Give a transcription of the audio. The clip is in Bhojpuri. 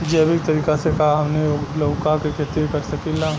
जैविक तरीका से का हमनी लउका के खेती कर सकीला?